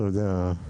אתה יודע,